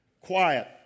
quiet